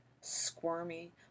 squirmy